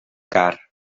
car